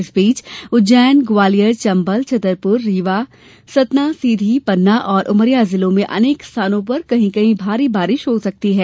इस बीच उज्जैन ग्वालियर चम्बल छतरपुर रीवा सतना सीधी पन्ना और उमरिया जिलों में अनेक स्थानों पर कहीं कहीं भारी बारिश हो सकती है